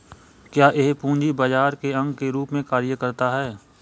क्या यह पूंजी बाजार के अंग के रूप में कार्य करता है?